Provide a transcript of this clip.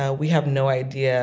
ah we have no idea